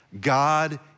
God